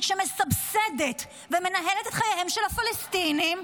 שמסבסדת ומנהלת את חייהם של הפלסטינים,